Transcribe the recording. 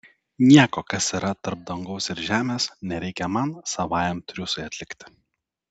nieko kas yra tarp dangaus ir žemės nereikia man savajam triūsui atlikti